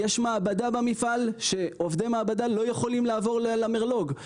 יש מעבדה במפעל ועובדי מעבדה לא יכולים לעבור למרלו"ג,